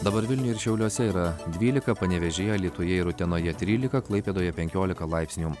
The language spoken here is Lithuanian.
dabar vilniuj ir šiauliuose yra dvylika panevėžyje alytuje ir utenoje trylika klaipėdoje penkiolika laipsnių